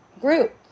group